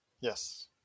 Yes